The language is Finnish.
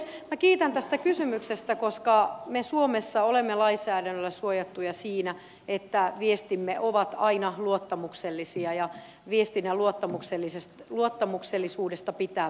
minä kiitän tästä kysymyksestä koska me suomessa olemme lainsäädännöllä suojattuja siinä että viestimme ovat aina luottamuksellisia ja viestinnän luottamuksellisuudesta pitää pitää kiinni